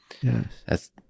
Yes